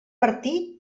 martí